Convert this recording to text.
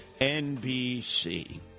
NBC